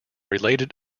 related